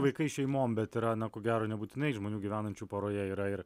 vaikai šeimom bet yra na ko gero nebūtinai žmonių gyvenančių poroje yra ir